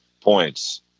points